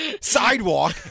sidewalk